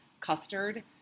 custard